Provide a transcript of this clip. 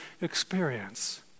experience